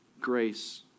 grace